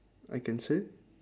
I can say